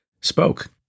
spoke